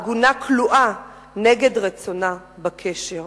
העגונה כלואה נגד רצונה בקשר.